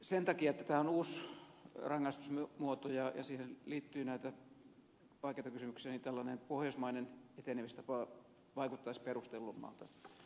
sen takia että tämä on uusi rangaistusmuoto ja tähän liittyy näitä vaikeita kysymyksiä tällainen pohjoismainen etenemistapa vaikuttaisi perustellummalta